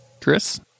Chris